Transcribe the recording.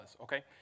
okay